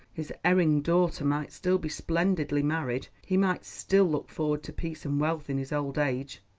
his erring daughter might still be splendidly married he might still look forward to peace and wealth in his old age.